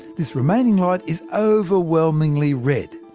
this remaining light is overwhelmingly red.